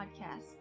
Podcast